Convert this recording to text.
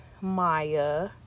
Maya